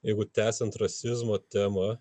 jeigu tęsiant rasizmo temą